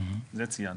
את זה ציינתי.